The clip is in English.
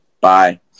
Bye